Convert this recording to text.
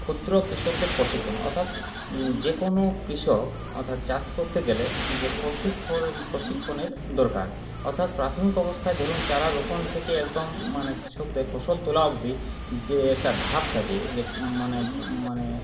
ক্ষুদ্র কৃষকদের প্রশিক্ষণ অর্থাৎ যেকোনো কৃষক অর্থাৎ চাষ করতে গেলে যে প্রশিক্ষর প্রশিক্ষণের দরকার অর্থাৎ প্রাথমিক অবস্থায় ধরুন চারা রোপণ থেকে একদম মানে কৃষকদের ফসল তোলা অবধি যে একটা ধাপ থাকে যে মানে মানে